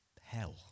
hell